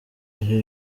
ibi